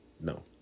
No